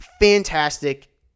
fantastic